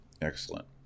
Excellent